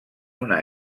una